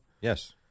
yes